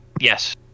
yes